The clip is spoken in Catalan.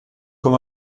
com